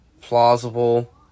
plausible